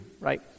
right